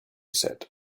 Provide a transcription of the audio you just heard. said